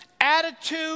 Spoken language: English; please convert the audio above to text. attitude